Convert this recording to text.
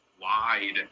wide